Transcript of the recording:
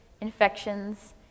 infections